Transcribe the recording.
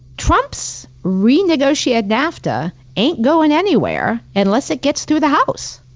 trump's renegotiated nafta ain't going anywhere unless it gets through the house.